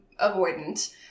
avoidant